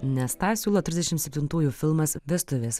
nes tą siūlo trisdešim septintųjų filmas vestuvės